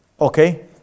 Okay